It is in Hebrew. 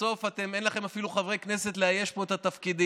ובסוף אין לכם אפילו חברי כנסת כדי לאייש פה את התפקידים,